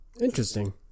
Interesting